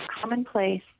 commonplace